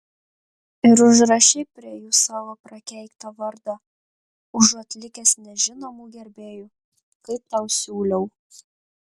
ir užrašei prie jų savo prakeiktą vardą užuot likęs nežinomu gerbėju kaip tau siūliau